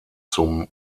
zum